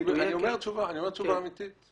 אני נותן תשובה אמיתית.